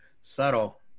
Subtle